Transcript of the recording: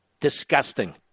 Disgusting